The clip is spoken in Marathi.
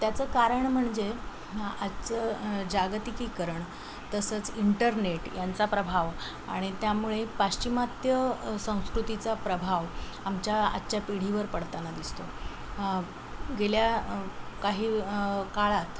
त्याचं कारण म्हणजे आजचं जागतिकीकरण तसंच इंटरनेट यांचा प्रभाव आणि त्यामुळे पाश्चिमात्य संस्कृतीचा प्रभाव आमच्या आजच्या पिढीवर पडताना दिसतो गेल्या काही काळात